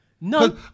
No